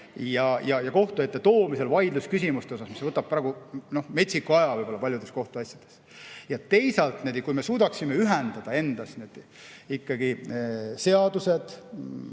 ja kohtu ette toomisel vaidlusküsimustes, mis võtab praegu metsiku aja võib-olla paljudes kohtuasjades. Ja teisalt, kui me suudaksime ühendada seadused,